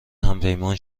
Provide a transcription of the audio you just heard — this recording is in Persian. همپیمان